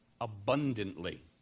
abundantly